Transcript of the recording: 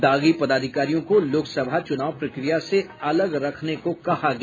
दागी पदाधिकारियों को लोकसभा चुनाव प्रक्रिया से अलग रखने को कहा गया